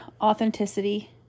authenticity